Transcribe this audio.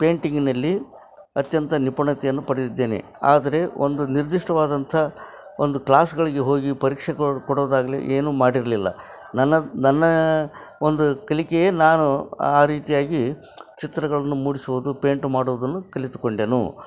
ಪೇಂಟಿಂಗಿನಲ್ಲಿ ಅತ್ಯಂತ ನಿಪುಣತೆಯನ್ನು ಪಡೆದಿದ್ದೇನೆ ಆದರೆ ಒಂದು ನಿರ್ದಿಷ್ಟವಾದಂತಹ ಒಂದು ಕ್ಲಾಸ್ಗಳಿಗೆ ಹೋಗಿ ಪರೀಕ್ಷೆ ಕೊ ಕೊಡೋದಾಗಲಿ ಏನು ಮಾಡಿರಲಿಲ್ಲ ನನ್ನ ನನ್ನ ಒಂದು ಕಲಿಕೆಯೇ ನಾನು ಆ ರೀತಿಯಾಗಿ ಚಿತ್ರಗಳನ್ನು ಮೂಡಿಸುವುದು ಪೇಂಟ್ ಮಾಡುವುದನ್ನು ಕಲಿತುಕೊಂಡೆನು